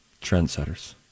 trendsetters